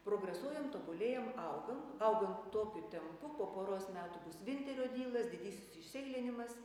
progresuojam tobulėjam augom augam tokiu tempu po poros metų bus vinterio dylas didysis išseilinimas